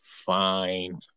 Fine